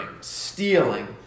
stealing